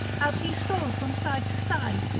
as he strode from side to side,